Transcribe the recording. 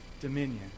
dominion